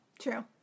True